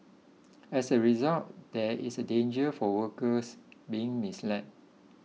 as a result there is a danger for workers being misled